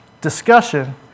discussion